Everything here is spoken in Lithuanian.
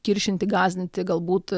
kiršinti gąsdinti galbūt